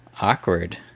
awkward